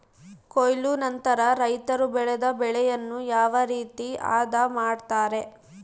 ಕೊಯ್ಲು ನಂತರ ರೈತರು ಬೆಳೆದ ಬೆಳೆಯನ್ನು ಯಾವ ರೇತಿ ಆದ ಮಾಡ್ತಾರೆ?